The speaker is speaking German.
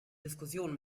diskussionen